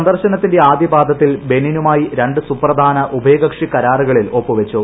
സന്ദർശനത്തിന്റെ ആദ്യപാദത്തിൽ ബനിനുമായി രണ്ട് സുപ്രധാന ഉഭയകക്ഷി കരാറുകളിൽ ഒപ്പു വച്ചു